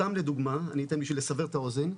סתם לדוגמא, אני אתן בשביל לסבר את האוזן,